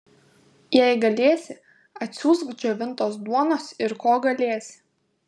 jei galėsi atsiųsk džiovintos duonos ir ko galėsi